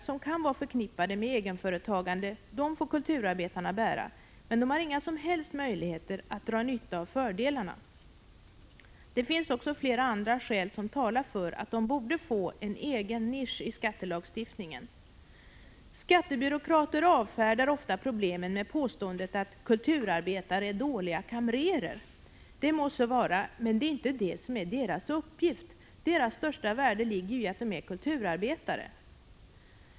25 april 1986 Kulturarbetarna får ju bära alla de nackdelar som kan vara förknippade med egenföretagande, men de har inga som helst möjligheter att dra nytta av fördelarna. Det finns också flera andra skäl som talar för att de borde få en egen nisch i skattelagstiftningen. Skattebyråkrater avfärdar ofta problemen med påståendet att kulturarbetare är dåliga kamrerer. Det må så vara, men det är inte det som är deras uppgift — deras största värde ligger ju i att de är kulturarbetare.